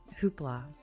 hoopla